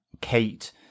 Kate